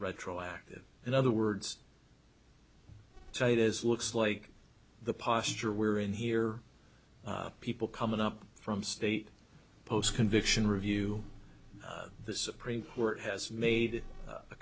retroactive in other words so it is looks like the posture we're in here people coming up from state post conviction review the supreme court has made a